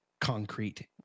concrete